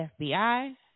FBI